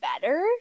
better